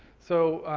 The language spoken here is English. so,